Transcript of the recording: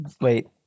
wait